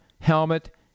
helmet